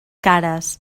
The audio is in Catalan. cares